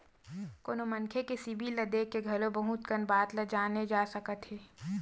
कोनो मनखे के सिबिल ल देख के घलो बहुत कन बात ल जाने जा सकत हे